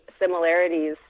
similarities